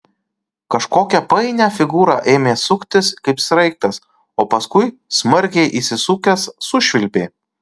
kažkokią painią figūrą ėmė suktis kaip sraigtas o paskui smarkiai įsisukęs sušvilpė